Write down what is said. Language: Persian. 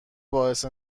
باعث